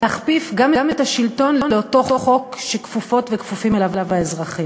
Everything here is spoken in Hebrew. להכפיף גם את השלטון לאותו חוק שכפופות וכפופים אליו האזרחים.